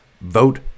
vote